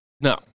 No